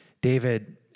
David